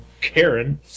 Karen